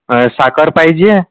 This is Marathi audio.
साखर पाहिजे